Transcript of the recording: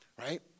right